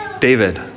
David